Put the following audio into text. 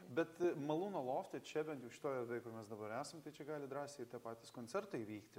bet malūno lofte čia bent jau šitoj erdvėj kur mes dabar esam tai čia gali drąsiai tie patys koncertai vykti